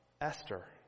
Esther